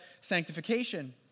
sanctification